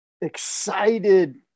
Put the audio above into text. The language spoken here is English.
excited